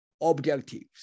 objectives